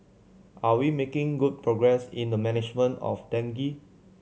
are we making good progress in the management of dengue